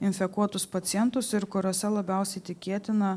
infekuotus pacientus ir kuriuose labiausiai tikėtina